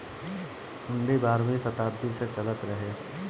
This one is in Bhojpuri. हुन्डी बारहवीं सताब्दी से चलल रहे